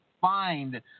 find